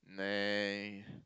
nah